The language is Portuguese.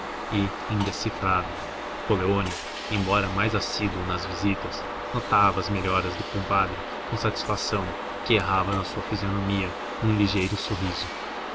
e indecifrável coleoni embora mais assíduo nas visitas notava as melhoras do compadre com satisfação que errava na sua fisionomia num ligeiro sorriso